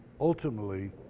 ultimately